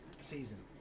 season